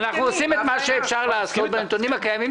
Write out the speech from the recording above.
אנחנו עושים את מה שאפשר לעשות בנתונים הקיימים.